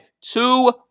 two